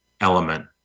element